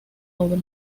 obra